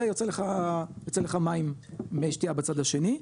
ויוצא לך מים מי שתייה בצד השני,